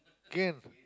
can